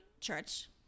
church